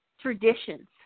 traditions